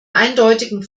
eindeutigen